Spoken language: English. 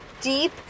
deep